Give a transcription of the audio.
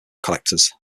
collectors